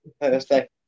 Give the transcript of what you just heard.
Thursday